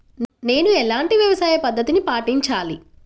నేను ఎలాంటి వ్యవసాయ పద్ధతిని పాటించాలి?